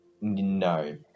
No